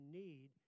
need